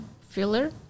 filler